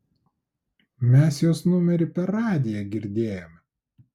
mes jos numerį per radiją girdėjome